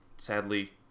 Sadly